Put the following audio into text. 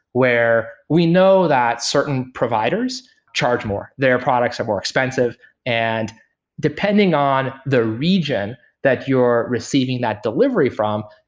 where we know that certain providers charge more. their products are more expensive and depending on the region that you're receiving that delivery from,